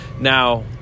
Now